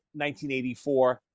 1984